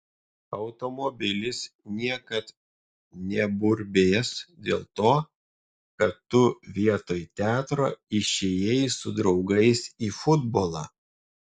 automobilis niekad neburbės dėl to kad tu vietoj teatro išėjai su draugais į futbolą